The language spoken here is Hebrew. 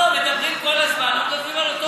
לא, מדברים כל הזמן, לא מדברים על אותו חוק.